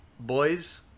Boys